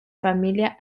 familia